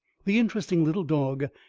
the interesting little dog,